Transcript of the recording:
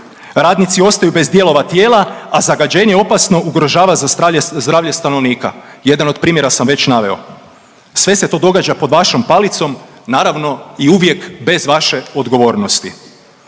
radnici ostaju bez dijelova tijela, a zagađenje opasno ugrožava zdravlje stanovnika. Jedan od primjera sam već naveo. Sve se to događa pod vašom palicom naravno i uvijek bez vaše odgovornosti.